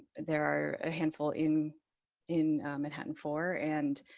there are a handful in in manhattan for and